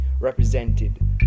represented